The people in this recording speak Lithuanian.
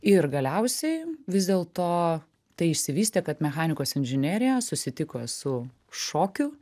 ir galiausiai vis dėlto tai išsivystė kad mechanikos inžinerija susitiko su šokiu